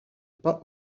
pas